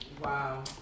Wow